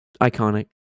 Iconic